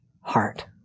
heart